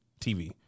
TV